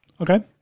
Okay